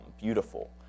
beautiful